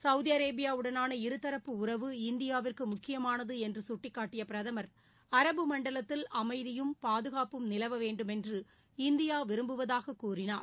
Saudi அரேபியாவுடனான இருதரப்பு உறவு இந்தியாவிற்கு முக்கியமானது என்று சுட்டிக்காட்டிய பிரதமர் அரபு மண்டலத்தில் அமைதியும் பாதுகாப்பு நிலவ வேண்டும் என்று இந்தியா விரும்புவதாக கூறினார்